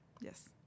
Yes